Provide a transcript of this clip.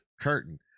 curtain